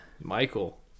Michael